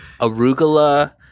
arugula